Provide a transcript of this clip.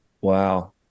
wow